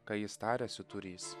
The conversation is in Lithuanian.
ką jis tariasi turintis